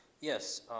Yes